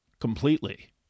completely